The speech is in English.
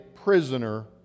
prisoner